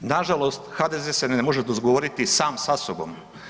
Nažalost HDZ se ne može dogovoriti sam sa sobom.